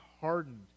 hardened